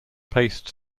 paced